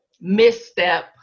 misstep